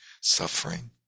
suffering